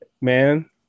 man